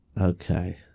Okay